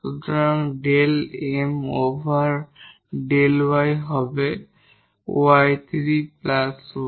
সুতরাং del M over del y হবে y3 y